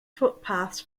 footpaths